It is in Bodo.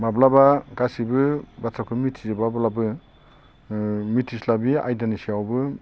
माब्लाबा गासिबो बाथ्राखौ मिथिजोबाब्लाबो मिथिस्लाबि आयदानि सायावबो